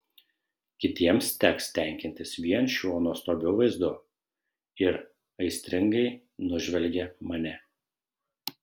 kitiems teks tenkintis vien šiuo nuostabiu vaizdu ir aistringai nužvelgia mane